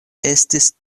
estis